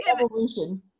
evolution